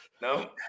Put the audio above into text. No